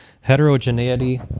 heterogeneity